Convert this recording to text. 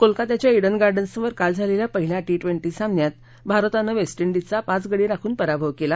कोलकाताच्या ईडन गार्डन्सवर काल झालेल्या पहिल्या टी ट्वेंटी सामन्यात भारतानं वेस्ट इंडिजचा पाच गडी राखून पराभव केला